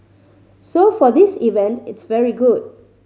so for this event it's very good